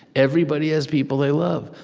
everybody has people they love.